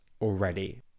already